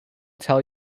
tell